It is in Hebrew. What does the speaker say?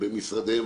במשרדיהם.